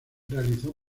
realizó